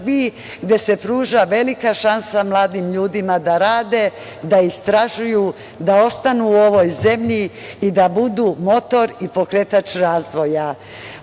gde se pruža velika šansa mladim ljudima da rade, da istražuju, da ostanu u ovoj zemlji i da budu motor i pokretač razvoja. Ove